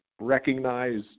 recognize